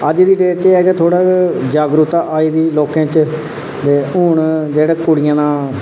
अज्ज दी डेट च एह् ऐ कि थोह्ड़ी जागरूकता आई दी लोकें च ते हून जेह्ड़ा कुड़ियें दा